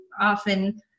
often